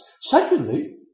Secondly